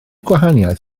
gwahaniaeth